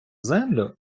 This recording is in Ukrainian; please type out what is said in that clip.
землю